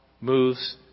moves